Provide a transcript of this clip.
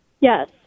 Yes